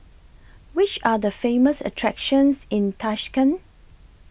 Which Are The Famous attractions in Tashkent